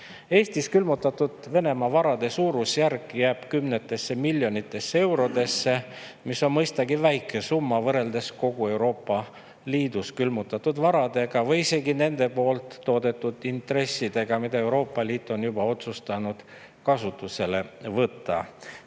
Venemaa külmutatud varasid kümnete miljonite eurode eest, mis on mõistagi väike summa võrreldes kogu Euroopa Liidus külmutatud varadega või isegi nende toodetud intressidega, mille Euroopa Liit on juba otsustanud kasutusele võtta.